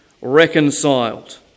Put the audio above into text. reconciled